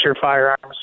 firearms